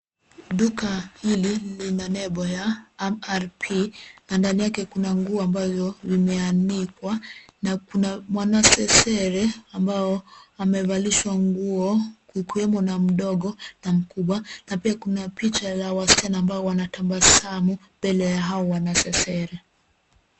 Duka hili lina nembo ya MRP na ndani yake kuna nguo ambazo vimeanikwa na kuna mwanasesere ambao amevalishwa nguo kukiwemo na mdogo na mkubwa na pia kuna picha la wasichana ambao wanatabasamu mbele ya hao wanasesere.